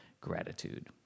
gratitude